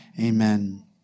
Amen